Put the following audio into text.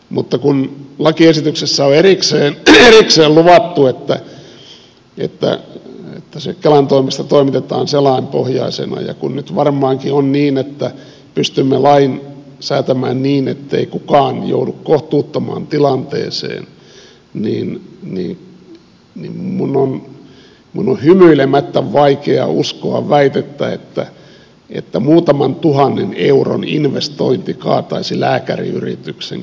mutta kun lakiesityksessä on erikseen luvattu että se kelan toimesta toimitetaan selainpohjaisena ja kun nyt varmaankin on niin että pystymme lain säätämään niin ettei kukaan joudu kohtuuttomaan tilanteeseen niin minun on hymyilemättä vaikea uskoa väitettä että muutaman tuhannen euron investointi kaataisi lääkäriyrityksen